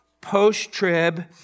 post-trib